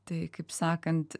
tai kaip sakant